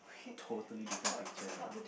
totally different picture from